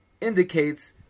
indicates